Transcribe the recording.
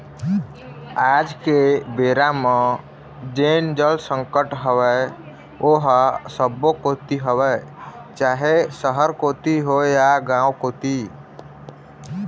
आज के बेरा म जेन जल संकट हवय ओहा सब्बो कोती हवय चाहे सहर कोती होय या गाँव कोती